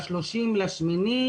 ב-30.8,